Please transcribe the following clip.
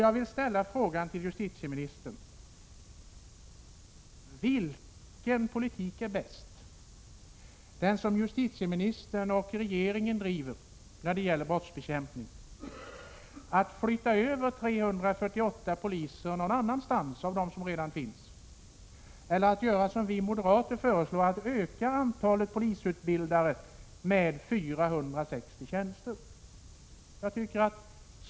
Jag vill ställa frågan till justitieministern: Vilken politik är bäst, den som justitieministern och regeringen driver när det gäller brottsbekämpningen, nämligen att flytta 348 poliser av dem som redan finns eller att göra så som vi moderater föreslår, dvs. öka antalet polistjänster med 460?